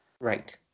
Right